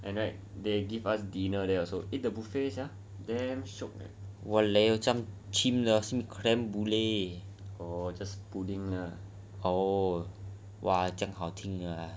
!waliao! 这样 chim 的 simi creme brulee